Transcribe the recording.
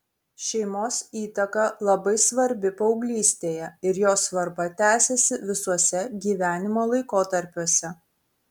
šeimos įtaka labai svarbi paauglystėje ir jos svarba tęsiasi visuose gyvenimo laikotarpiuose